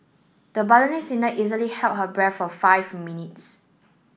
the singer easily held her breath for five minutes